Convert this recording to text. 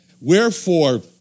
Wherefore